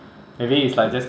maybe it's like just